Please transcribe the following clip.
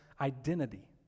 identity